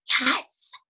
Yes